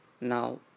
now